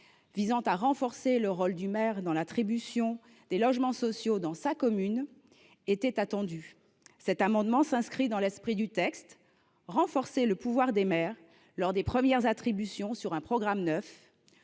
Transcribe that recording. visant à renforcer le rôle du maire dans l’attribution des logements sociaux dans sa commune, étaient attendues ! Cet amendement s’inscrit dans l’esprit du présent texte : renforcer le pouvoir des maires lors des premières attributions sur un programme neuf,